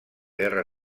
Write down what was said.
guerra